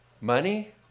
Money